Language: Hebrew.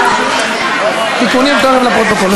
תיקונים זה רק לפרוטוקול.